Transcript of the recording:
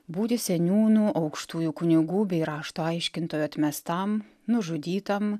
būti seniūnų aukštųjų kunigų bei rašto aiškintojo atmestam nužudytam